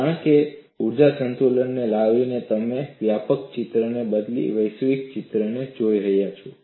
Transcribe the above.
કારણ કે ઊર્જા સંતુલન લાવીને તમે વ્યાપક ચિત્રને બદલે વૈશ્વિક ચિત્ર જોઈ રહ્યા છો